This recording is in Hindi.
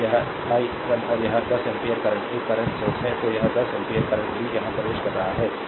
यह i 1 और यह 10 एम्पीयर करंट एक करंट सोर्स है तो यह 10 एम्पीयर करंट भी यहाँ प्रवेश कर रहा है